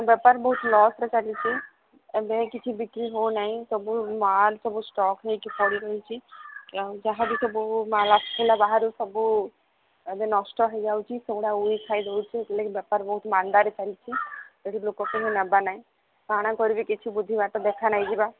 ବେପାର ବହୁତ ଲସ୍ରେ ଚାଲିଛି ଏବେ କିଛି ବିକ୍ରି ହେଉନାହିଁ ସବୁ ମାଲ ସବୁ ଷ୍ଟକ୍ ହୋଇକି ପଡ଼ି ରହିଛି ଯାହା ବିି ସବୁ ମାଲ ଆସିଥିଲା ବାହାରୁ ସବୁ ଏବେ ନଷ୍ଟ ହୋଇଯାଉଛି ସେଗୁଡ଼ା ଉଇ ଖାଇ ଦେଉଛି ସେଥିଲାଗି ବେପାର ବହୁତ ମାନ୍ଦାରେ ଚାଲିଛି ସେଠି ଲୋକ ପାଇଁ ହିଁ ନେବା ନାହିଁ କଣ କରିବି କିଛି ବୁଧିବାଟ ଦେଖା ଯାଉନାହିଁ